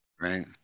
Right